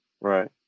Right